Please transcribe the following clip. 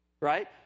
Right